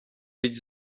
być